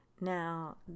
Now